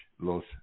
Los